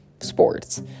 sports